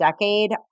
decade